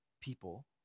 people